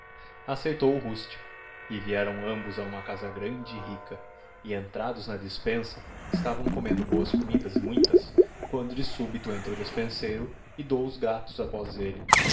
acceitou o rústico e vierão ambos a huifta casa grande e rica e entrados na despensa estavão comendo boas comidas e muitas quando de súbito entra o despenseiro e dous gatos apoz elle